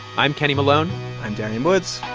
i'm kenny malone i'm darian woods.